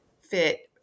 fit